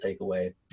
takeaway